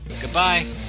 Goodbye